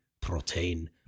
protein